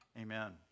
amen